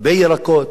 כפי שאתה יודע.